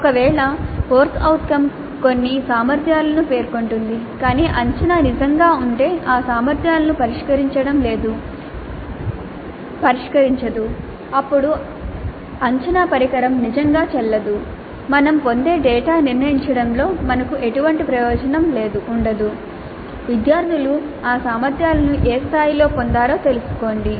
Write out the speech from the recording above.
ఒకవేళ CO కొన్ని సామర్థ్యాలను పేర్కొంటుంది కాని అంచనా నిజంగా ఉంటే ఆ సామర్థ్యాలను పరిష్కరించడం లేదు అప్పుడు అంచనా పరికరం నిజంగా చెల్లదు మేము పొందే డేటా నిర్ణయించడంలో మాకు ఎటువంటి ప్రయోజనం లేదు విద్యార్థులు ఆ సామర్థ్యాలను ఏ స్థాయిలో పొందారో తెలుసుకోండి